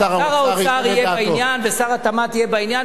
שר האוצר יהיה בעניין ושר התמ"ת יהיה בעניין,